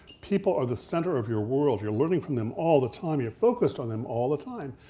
people are the center of your world. you're learning from them all the time, you're focused on them all the time.